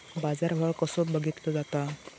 बाजार भाव कसो बघीतलो जाता?